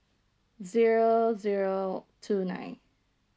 zero zero two nine